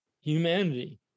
humanity